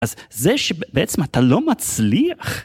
אז זה שבעצם אתה לא מצליח